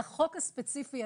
מהמקורות שלנו.